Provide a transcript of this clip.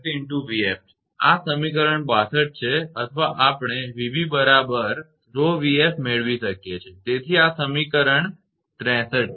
𝑣𝑓 છે આ સમીકરણ 62 છે અથવા આપણે 𝑣𝑏 બરાબર 𝜌𝑣𝑓 મેળવી શકીએ છે તેથી આ સમીકરણ 63 છે